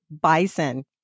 bison